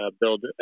build